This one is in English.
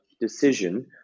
decision